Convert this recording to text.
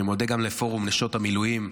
אני מודה גם לפורום נשות המילואים,